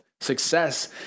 Success